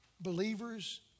believers